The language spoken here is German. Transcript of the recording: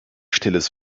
stilles